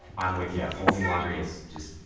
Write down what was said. i'm with ya, folding laundry is just,